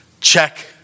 check